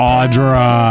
Audra